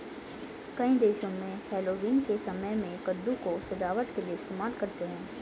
कई देशों में हैलोवीन के समय में कद्दू को सजावट के लिए इस्तेमाल करते हैं